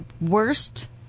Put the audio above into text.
worst